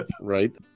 Right